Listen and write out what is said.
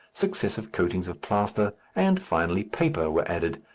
successive coatings of plaster, and finally, paper, were added,